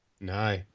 No